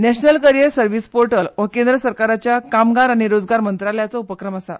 national career service portal हो केंद्र सरकाराच्या कामगार आनी रोजगार मंत्रालयाचो उपक्रम आसा